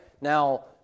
now